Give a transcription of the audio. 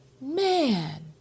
Man